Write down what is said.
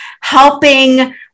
helping